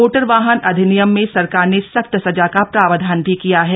motor वाहन अधिनियम में सरकार ने सख्त सजा का प्रावधान भी किया है